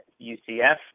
UCF